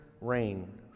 rain